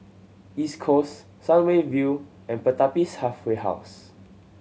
East Coast Sun Way View and Pertapis Halfway House